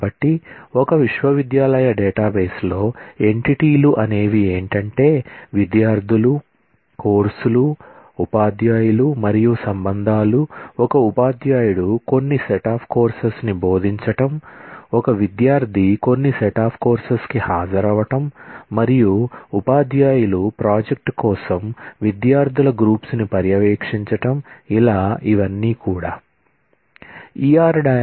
కాబట్టి ఒక విశ్వవిద్యాలయ డేటాబేస్లో ఆబ్జెక్ట్స్ అనేవి ఏంటంటే విద్యార్థులు కోర్సులు ఉపాధ్యాయులు మరియు సంబంధాలు ఒక ఉపాధ్యాయుడు కొన్ని సెట్ అఫ్ కోర్సెస్ ని బోధించటం ఒక విద్యార్థి కొన్ని సెట్ అఫ్ కోర్సెస్ కి హాజరవటం మరియు ఉపాధ్యాయులు ప్రాజెక్టుల కోసం విద్యార్థుల గ్రూప్స్ ని పర్యవేక్షించటం ఇలా ఇవన్నీ కూడ